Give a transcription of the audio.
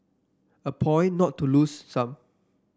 a point not to lose some